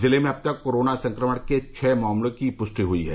जिले में अब तक कोरोना संक्रमण के छह मामलों की पृष्टि हई है